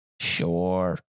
Sure